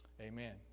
Amen